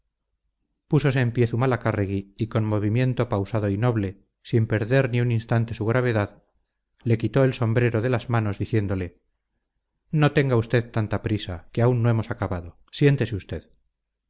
púsose en pie zumalacárregui y con movimiento pausado y noble sin perder ni un instante su gravedad le quitó el sombrero de las manos diciéndole no tenga usted tanta prisa que aún no hemos acabado siéntese usted